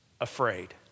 afraid